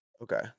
Okay